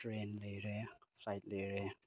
train ꯂꯩꯔꯦ flight ꯂꯩꯔꯦ